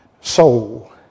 soul